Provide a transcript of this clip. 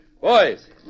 Boys